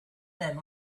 them